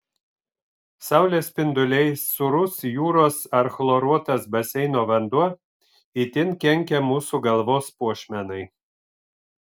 saulės spinduliai sūrus jūros ar chloruotas baseino vanduo itin kenkia mūsų galvos puošmenai